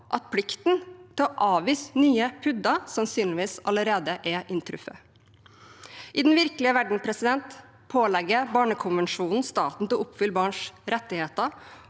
at plikten til å avvise nye PUD-er sannsynligvis allerede er inntruffet. I den virkelige verden pålegger barnekonvensjonen staten å oppfylle barns rettigheter,